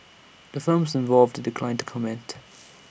the firms involved declined to comment